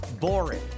boring